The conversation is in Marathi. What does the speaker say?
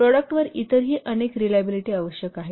तर प्रॉडक्टवर इतरही अनेक रिलायबिलिटी आवश्यक आहेत